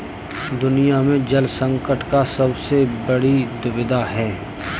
दुनिया में जल संकट का सबसे बड़ी दुविधा है